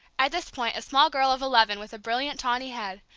at this point, a small girl of eleven with a brilliant, tawny head,